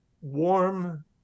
warm